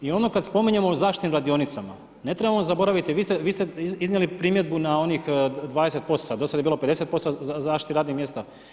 I ono kada spominjemo o zaštitim radionicama, ne trebamo zaboraviti, vi ste iznijeli primjedbu na onih … do sada je bilo 50% zaštite radnih mjesta.